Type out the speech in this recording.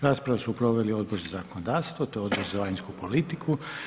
Raspravu su proveli Odbor za zakonodavstvo te Odbor za vanjsku politiku.